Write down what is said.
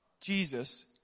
Jesus